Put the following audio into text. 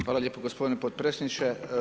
Hvala lijepo gospodine potpredsjedniče.